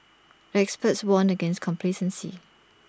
the experts warned against complacency